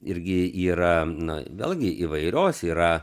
irgi yra na vėlgi įvairios yra